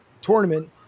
tournament